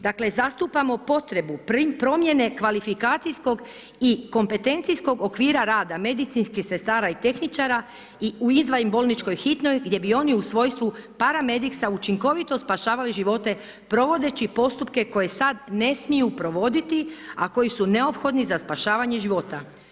Dakle zastupamo potrebu promjene kvalifikacijskog i kompetencijskog okvira rada medicinskih sestara i tehničara u izvanbolničkoj Hitnoj gdje bi u svojstvu paramediksa učinkovito spašavali živote provodeći postupke koje sad ne smiju provoditi a koji su neophodni za spašavanje života.